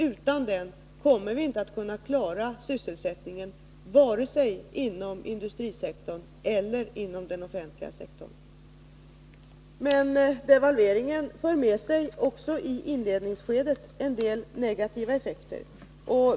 Utan en sådan kommer vi inte att kunna klara sysselsättningen vare sig inom industrisektorn eller inom den offentliga sektorn. Men devalveringen för i inledningsskedet också med sig en del negativa effekter.